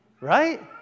Right